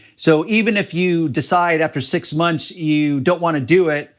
so even if you decide after six months, you don't want to do it,